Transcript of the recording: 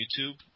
YouTube